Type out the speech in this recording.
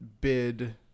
bid